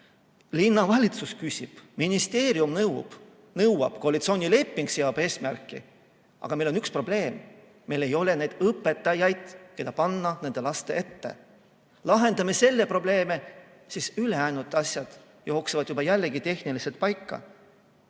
linnavalitsus küsib, ministeerium nõuab, koalitsioonileping seab eesmärgi, aga meil on üks probleem: meil ei ole neid õpetajaid, keda panna nende laste ette. Lahendame selle probleemi, siis ülejäänud asjad jooksevad juba jällegi tehniliselt paika!